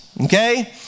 okay